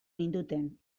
ninduten